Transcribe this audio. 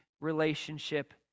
relationship